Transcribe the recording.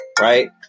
right